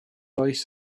oes